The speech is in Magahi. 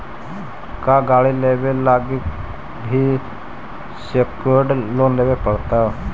का गाड़ी लेबे लागी भी सेक्योर्ड लोन लेबे पड़तई?